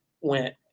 went